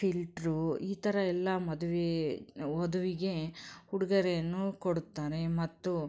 filter ಈ ಥರಯೆಲ್ಲ ಮದುವೆ ವಧುವಿಗೆ ಉಡುಗೊರೆಯನ್ನು ಕೊಡುತ್ತಾರೆ ಮತ್ತು